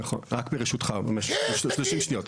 רק ברשותך, ב-30 שניות.